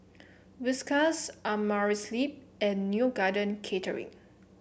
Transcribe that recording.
Whiskas Amerisleep and Neo Garden Catering